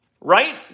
right